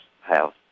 house